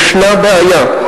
יש בעיה,